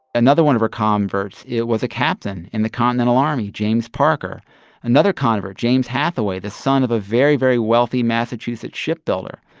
another one of her converts was a captain in the continental army, james parker another convert james hathaway, the son of a very, very wealthy massachusetts shipbuilder.